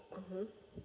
mmhmm